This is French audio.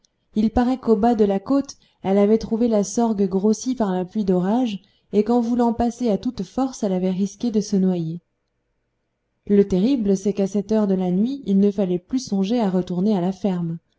il paraît qu'au bas de la côte elle avait trouvé la sorgue grossie par la pluie d'orage et qu'en voulant passer à toute force elle avait risqué de se noyer le terrible c'est qu'à cette heure de nuit il ne fallait plus songer à retourner à la ferme